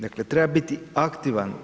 Dakle, treba biti aktivan.